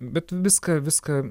bet viską viską